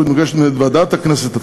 הם יכולים לקחת את הבקשה ולשים אותה בצד שנה,